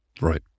Right